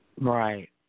right